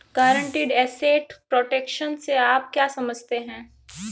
Guaranteed asset protection से आप क्या समझते हैं?